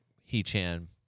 He-Chan